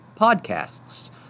podcasts